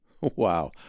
Wow